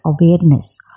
awareness